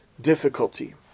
difficulty